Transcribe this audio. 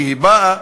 כי היא באה,